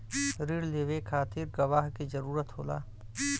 रिण लेवे के खातिर गवाह के जरूरत होला